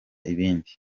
ibindi